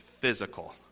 physical